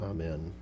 Amen